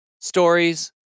stories